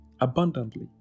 abundantly